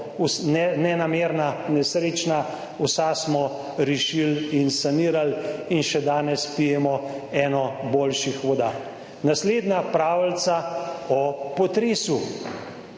nenamerna, nesrečna, vsa smo rešili in sanirali in še danes pijemo eno boljših voda. Naslednja pravljica o potresu.